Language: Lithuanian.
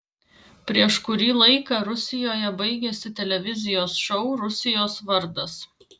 prieš kurį laiką rusijoje baigėsi televizijos šou rusijos vardas